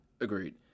Agreed